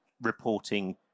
reporting